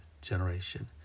generation